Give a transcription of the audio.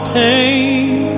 pain